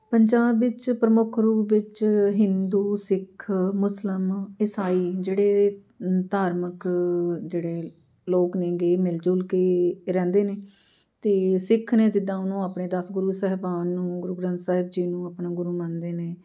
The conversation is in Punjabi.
ਪੰਜਾਬ ਵਿੱਚ ਪ੍ਰਮੁੱਖ ਰੂਪ ਵਿੱਚ ਹਿੰਦੂ ਸਿੱਖ ਮੁਸਲਿਮ ਈਸਾਈ ਜਿਹੜੇ ਧਾਰਮਿਕ ਜਿਹੜੇ ਲੋਕ ਨੇਗੇ ਮਿਲ ਜੁਲ ਕੇ ਰਹਿੰਦੇ ਨੇ ਅਤੇ ਸਿੱਖ ਨੇ ਜਿੱਦਾਂ ਉਹਨੂੰ ਆਪਣੇ ਦਸ ਗੁਰੂ ਸਾਹਿਬਾਨ ਨੂੰ ਗੁਰੂ ਗ੍ਰੰਥ ਸਾਹਿਬ ਜੀ ਨੂੰ ਆਪਣਾ ਗੁਰੂ ਮੰਨਦੇ ਨੇ